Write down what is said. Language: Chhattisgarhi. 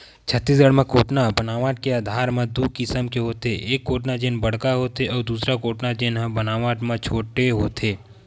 छत्तीसगढ़ म कोटना बनावट के आधार म दू किसम के होथे, एक कोटना जेन बड़का होथे अउ दूसर कोटना जेन बनावट म छोटे होथे